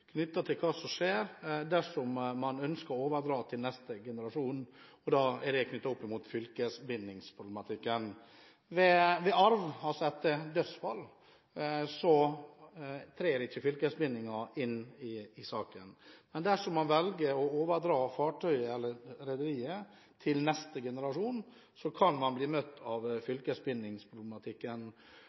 knyttet til hva som skjer dersom man ønsker å overdra til neste generasjon. Da er det knyttet opp mot fylkesbindingsproblematikken. Ved arv – altså etter dødsfall – trer ikke fylkesbindingen inn i saken. Men dersom man velger å overdra fartøyet eller rederiet til neste generasjon, kan man bli møtt av fylkesbindingsproblematikken.